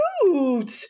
cute